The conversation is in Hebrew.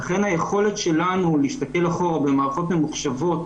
לכן היכולת שלנו להסתכל אחורה במערכות ממוחשבות